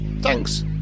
thanks